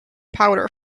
powder